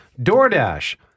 DoorDash